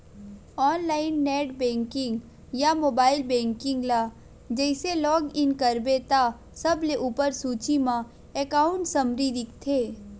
online net banking या mobile banking ल जइसे लॉग इन करबे त सबले उप्पर सूची म एकांउट समरी दिखथे